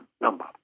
number